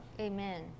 Amen